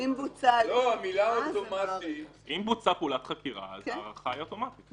אם בוצעה פעולת חקירה, אז ההארכה היא אוטומטית.